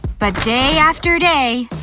but day after day,